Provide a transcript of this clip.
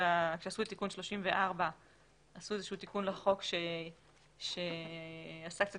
כשעשו את תיקון 34 עשו איזשהו תיקון לחוק שעשה קצת